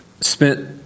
spent